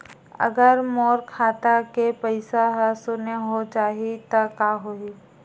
अगर मोर खाता के पईसा ह शून्य हो जाही त का होही?